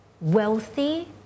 wealthy